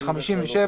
התשס"ג 2002,